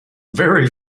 very